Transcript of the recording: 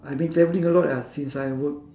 I've been travelling a lot ah since I work